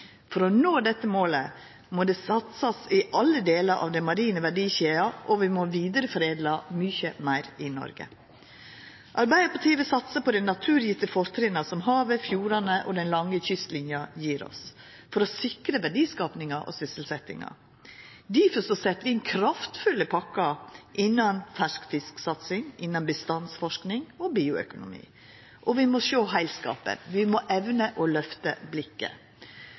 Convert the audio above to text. For å nå dette målet må det satsast i alle delar av den marine verdikjeda, og vi må vidareforedla mykje meir i Noreg. Arbeidarpartiet vil satsa på dei naturgitte fortrinna som havet, fjordane og den lange kystlinja gjev oss, for å sikra verdiskapinga og sysselsetjinga. Difor set vi inn kraftfulle pakkar innan ferskfisksatsing, innan bestandsforsking og innan bioøkonomi. Og vi må sjå heilskapen, vi må evna å løfta blikket.